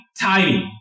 Timing